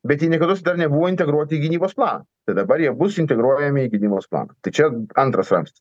bet jie niekados dar nebuvo integruoti į gynybos planą tai dabar jie bus integruojami į gynybos planą tai čia antras ramstis